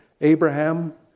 Abraham